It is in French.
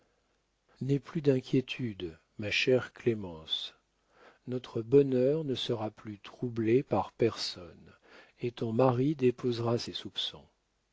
n'aie plus d'inquiétudes ma chère clémence notre bonheur ne sera plus troublé par personne et ton mari déposera ses soupçons